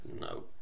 No